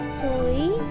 Story